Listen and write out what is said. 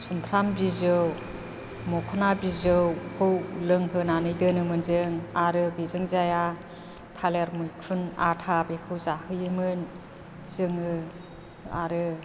सुमफ्राम बिजौ मोखोना बिजौखौ लोंहोनानै दोनोमोन जों आरो बिजों जायाब्ला थालिर मैखुन आथा बेखौ जाहोयोमोन जोङो आरो